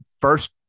first